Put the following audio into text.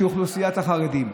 שהיא אוכלוסיית החרדים,